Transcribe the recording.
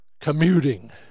commuting